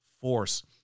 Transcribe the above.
force